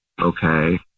Okay